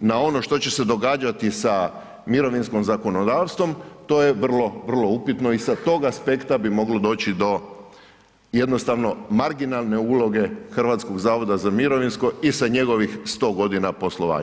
na ono što će se događati sa mirovinskim zakonodavstvom to je vrlo, vrlo upitno i sa tog aspekta bi moglo doći do jednostavno marginalne uloge HZMO-a i sa njegovih 100 godina poslovanja.